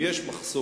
אם יש מחסומים